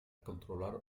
controlar